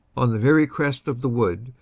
on the very crest of the wood,